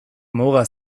muga